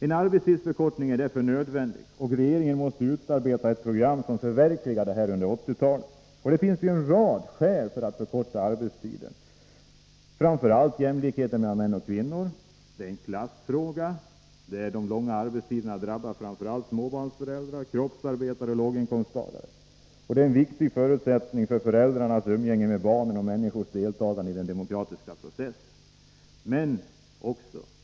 En arbetstidsförkortning är därför nödvändig, och regeringen måste utarbeta ett program för att förverkliga detta under 1980-talet. Det finns en rad skäl för att förkorta arbetstiden. Framför allt gäller det jämlikheten mellan män och kvinnor. Det är också en klassfråga, och de långa arbetstiderna drabbar framför allt småbarnsföräldrar, kroppsarbetare och låginkomsttagare. En arbetstidsförkortning är vidare en viktig förutsättning för föräldrars umgänge med barnen och människors deltagande i den demokratiska processen.